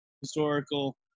historical